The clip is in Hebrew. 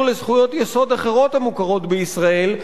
לזכויות יסוד אחרות המוכרות בישראל,